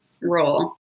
role